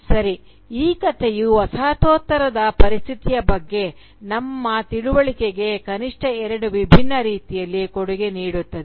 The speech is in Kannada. ಸರಿ ಈ ಕಥೆಯು ವಸಾಹತೋತ್ತರದ ಪರಿಸ್ಥಿತಿಯ ಬಗ್ಗೆ ನಮ್ಮ ತಿಳುವಳಿಕೆಗೆ ಕನಿಷ್ಠ ಎರಡು ವಿಭಿನ್ನ ರೀತಿಯಲ್ಲಿ ಕೊಡುಗೆ ನೀಡುತ್ತದೆ